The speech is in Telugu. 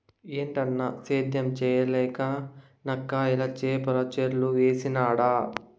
ఏటన్నా, సేద్యం చేయలేక నాకయ్యల చేపల చెర్లు వేసినాడ